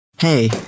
hey